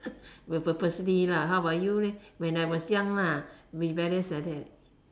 will purposely lah how about you leh when I was young lah rebellious like that